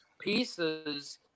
pieces